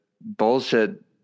bullshit